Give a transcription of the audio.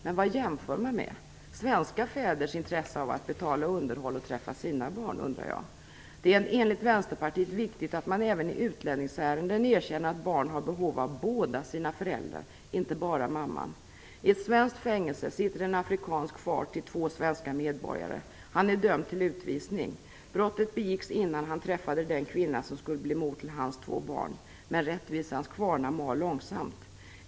Men vad jämför man med - svenska fäders intresse av att betala underhåll och träffa sina barn? Det är enligt Vänsterpartiet viktigt att man även i utlänningsärenden erkänner att barn har behov av båda sina föräldrar - inte bara mamman. I ett svenskt fängelse sitter en afrikansk far till två svenska medborgare. Han är dömd till utvisning. Brottet begicks innan han träffade den kvinna som skulle bli mor till hans två barn. Men rättvisans kvarnar mal långsamt.